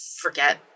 forget